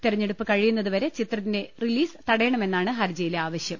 തെരഞ്ഞെടുപ്പ് കഴിയുന്നതുവരെ ചിത്രത്തിന്റെ റിലീസ് തടയണമെന്നാണ് ഹർജിയിലെ ആവശ്യം